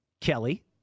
Kelly